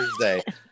Thursday